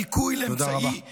הדיכוי, לאמצעי לקידום,